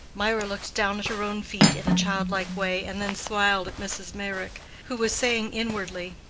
mirah looked down at her own feet in a childlike way and then smiled at mrs. meyrick, who was saying inwardly,